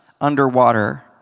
underwater